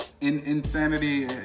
insanity